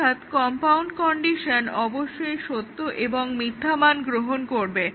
অর্থাৎ compound condition অবশ্যই সত্য এবং মিথ্যা মান গ্রহণ করবে